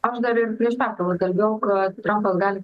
aš dar ir prieš pertrauką kalbėjau kad trampas gali